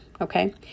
Okay